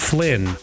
Flynn